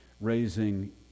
raising